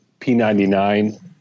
P99